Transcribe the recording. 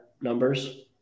numbers